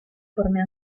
forme